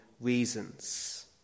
reasons